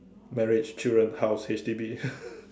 marriage children house H_D_B